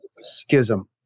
schism